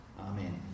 Amen